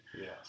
Yes